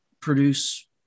produce